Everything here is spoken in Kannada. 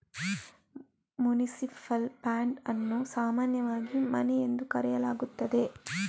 ಮುನಿಸಿಪಲ್ ಬಾಂಡ್ ಅನ್ನು ಸಾಮಾನ್ಯವಾಗಿ ಮನಿ ಎಂದು ಕರೆಯಲಾಗುತ್ತದೆ